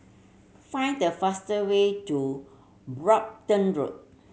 find the fast way to Brompton Road